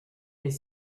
est